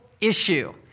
issue